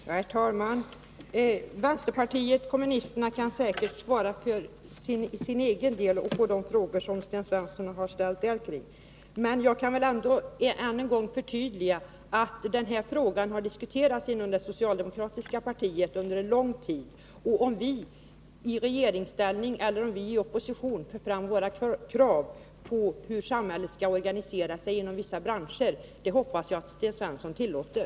Herr talman! Vänsterpartiet kommunisterna kan säkert svara för sin egen del på de frågor som Sten Svensson har ställt. Men jag kan än en gång förtydliga genom att förklara att denna fråga har diskuterats inom det socialdemokratiska partiet under lång tid. Att vi i regeringsställning eller i oppositionsställning för fram våra krav på hur samhället skall organisera sig inom vissa branscher, hoppas jag att Sten Svensson tillåter.